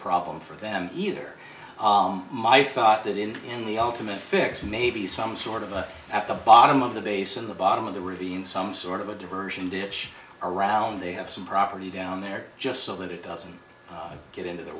problem for them either my thought that in in the ultimate fix maybe some sort of at the bottom of the base in the bottom of the ravine some sort of a diversion ditch around they have some property down there just so that it doesn't get into the